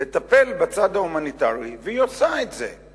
לטפל בצד ההומניטרי, והיא עושה את זה.